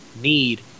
need